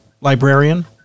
librarian